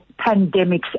pandemics